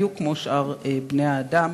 בדיוק כמו שאר בני-האדם.